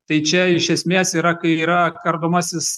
tai čia iš esmės yra kai yra kardomasis